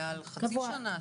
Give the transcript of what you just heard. מעל חצי שנה?